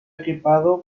equipado